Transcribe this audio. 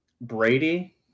Brady